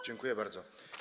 Dziękuję bardzo.